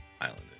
Island